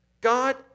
God